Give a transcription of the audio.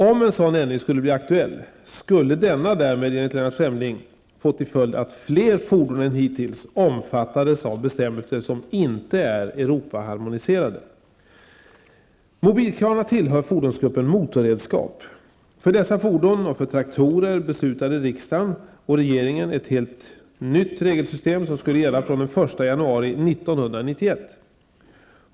Om en sådan ändring skulle bli aktuell skulle denna därmed enligt Lennart Fremling få till följd att fler fordon än hittills omfattades av bestämmelser som inte är Europaharmoniserade. Mobilkranar tillhör fordonsgruppen motorredskap. För dessa fordon och för traktorer beslutade riksdagen och regeringen om ett helt nytt regelsystem som skulle gälla från den 1 januari 1991.